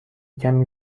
کمی